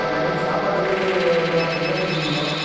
sir night சாப்பாடுக்கு நாலு பிரியாணி சொல்லிருந்தோம்